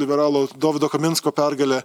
liberalo dovydo kaminsko pergale